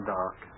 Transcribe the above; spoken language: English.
dark